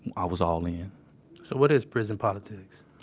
i was all in. so what is prison politics?